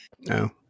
No